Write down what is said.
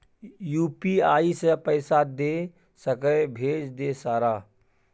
UPI से पैसा दे सके भेज दे सारा?